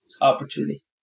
opportunity